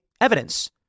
evidence